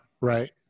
Right